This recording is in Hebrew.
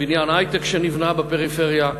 בניין היי-טק שנבנה בפריפריה.